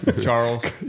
Charles